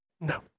no